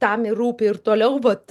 tam ir rūpi ir toliau vat